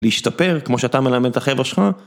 להשתפר כמו שאתה מלמד את החבר'ה שלך.